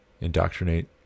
indoctrinate